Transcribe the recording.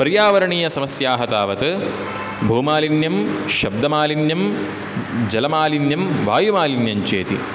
पर्यावर्णीयसमस्याः तावत् भूमालिन्यं शब्दमालिन्यं जलमालिन्यं वायुमालिन्यञ्चेति